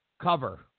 cover